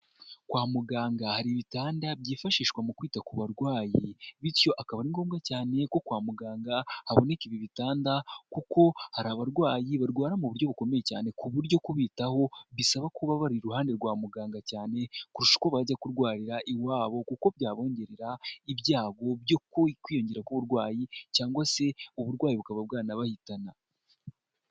Kwa muganga hari ibitanda byifashishwa mu kwita ku barwayi, bityo akaba ari ngombwa cyane ko kwa muganga haboneka ibi bitanda, kuko hari abarwayi barwara mu buryo bukomeye cyane, ku buryo kubitaho bisaba kuba bari iruhande rwa muganga, cyane kurusha uko bajya kurwarira iwabo, kuko byabongerera ibyago byo kwiyongera k'uburwayi cyangwa se uburwayi bukaba bwanabahitana.